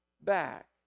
back